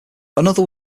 another